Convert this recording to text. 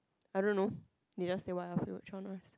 I don't know they just say what are your favourite genres